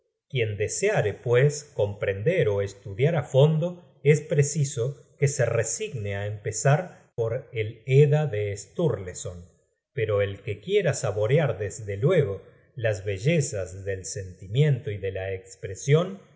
quien deseare pues comprender ó estudiar á fondo es preciso que se resigne á empezar por el edda de sturleson pero el que quiera saborear desde luego las bellezas del sentimiento y de la espresion